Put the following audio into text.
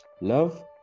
love